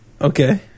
Okay